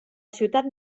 ciutat